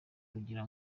kugira